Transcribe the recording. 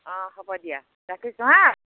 অঁ হ'ব দিয়া ৰাখিছোঁ হাঁ